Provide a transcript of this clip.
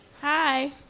Hi